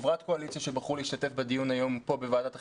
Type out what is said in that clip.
חברת קואליציה שבחרו להשתתף בדיון היום כאן בוועדת החינוך.